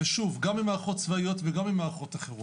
גם במערכות צבאיות וגם במערכות אחרות,